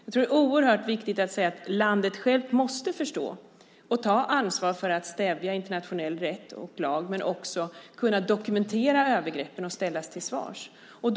Jag tror att det är oerhört viktigt att säga att landet självt måste förstå och ta ansvar och hävda internationell rätt och lag men också dokumentera övergreppen och se till att förövare ställs till svars.